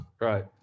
Right